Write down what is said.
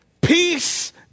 peace